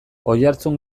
oihartzun